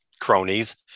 Cronies